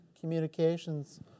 communications